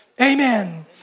Amen